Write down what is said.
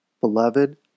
Beloved